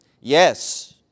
Yes